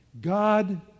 God